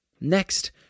Next